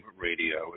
radio